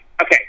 Okay